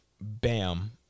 Bam